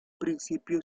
principio